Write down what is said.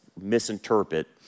misinterpret